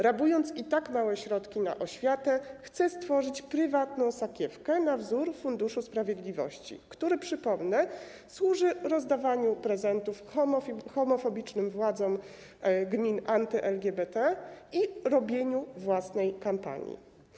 Rabując i tak małe środki na oświatę, chce stworzyć prywatną sakiewkę na wzór Funduszu Sprawiedliwości, który - przypomnę - służy rozdawaniu prezentów homofobicznym władzom gmin anty-LGBT i robieniu własnej kampanii.